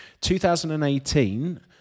2018